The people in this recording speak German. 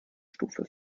stufe